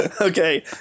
Okay